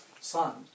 son